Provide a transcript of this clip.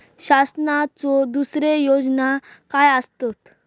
शासनाचो दुसरे योजना काय आसतत?